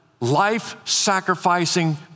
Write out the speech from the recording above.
life-sacrificing